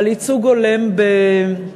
על ייצוג הולם בגופים,